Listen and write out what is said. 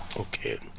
Okay